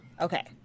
Okay